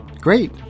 Great